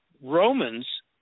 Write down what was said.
Romans